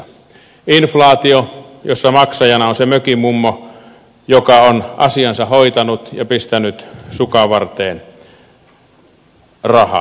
yksi on inflaatio jossa maksajana on se mökin mummo joka on asiansa hoitanut ja pistänyt sukanvarteen rahaa